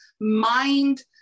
mind